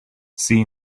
see